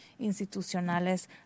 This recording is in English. institucionales